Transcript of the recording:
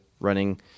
running